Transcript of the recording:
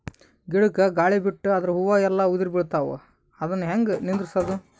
ಗಿಡಕ, ಗಾಳಿ ಬಿಟ್ಟು ಅದರ ಹೂವ ಎಲ್ಲಾ ಉದುರಿಬೀಳತಾವ, ಅದನ್ ಹೆಂಗ ನಿಂದರಸದು?